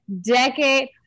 decade